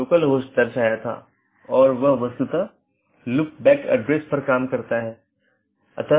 इसलिए उनके बीच सही तालमेल होना चाहिए